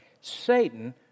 Satan